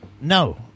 no